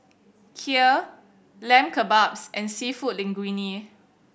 Kheer Lamb Kebabs and Seafood Linguine